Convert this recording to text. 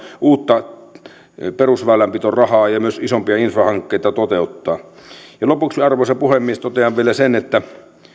uutta perusväylänpitorahaa ja myös isompia infrahankkeita toteuttaa lopuksi arvoisa puhemies totean vielä sen että